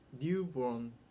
newborn